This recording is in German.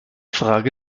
frage